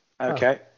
Okay